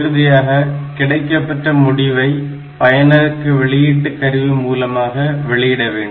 இறுதியாக கிடைக்கப்பெற்ற முடிவை பயனருக்கு வெளியீட்டு கருவி மூலமாக வெளியிட வேண்டும்